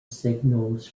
signals